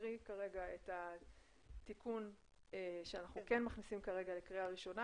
נקריא את התיקון שאנחנו כן מכניסים כרגע לקריאה ראשונה,